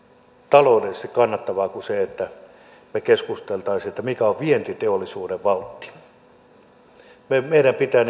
taloudellisesti kannattavaa kuin se että me keskustelisimme mikä on vientiteollisuuden valtti meidän pitää